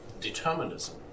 determinism